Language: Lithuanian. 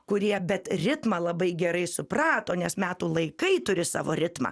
kurie bet ritmą labai gerai suprato nes metų laikai turi savo ritmą